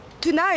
tonight